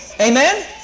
Amen